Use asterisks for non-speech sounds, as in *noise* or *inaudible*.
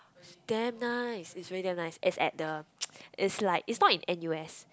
it's damn nice is really damn nice is at the *noise* it's like is not in N_U_S